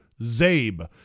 ZABE